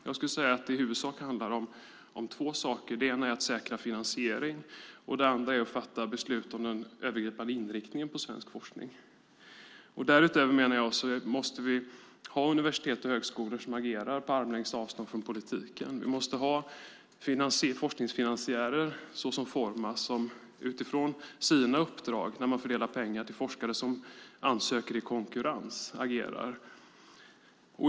Jag skulle vilja säga att det i huvudsak handlar om två saker. Det ena är att säkra finansiering. Det andra är att fatta beslut om den övergripande inriktningen på svensk forskning. Därutöver menar jag att vi måste ha universitet och högskolor som agerar på armlängds avstånd från politiken. Vi måste ha forskningsfinansiärer såsom Formas som agerar utifrån sina uppdrag när de fördelar pengar till forskare som ansöker i konkurrens.